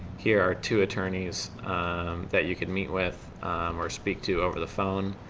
here are two attorneys that you could meet with or speak to over the phone,